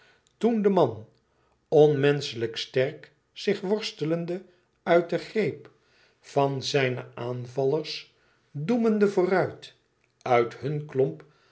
toen de man onmenschelijk sterk zich worstelende uit den greep van zijne aanvallers doemende vooruit uit hun klomp